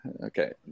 okay